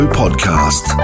podcast